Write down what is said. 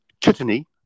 chutney